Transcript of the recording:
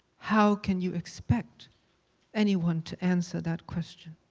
how can you expect anyone to answer that question,